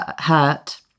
hurt